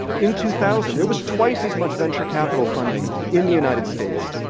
in two thousand. there was twice as much venture capital funding in the united states.